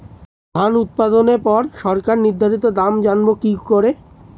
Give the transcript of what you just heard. ধান উৎপাদনে পর সরকার নির্ধারিত দাম জানবো কি করে?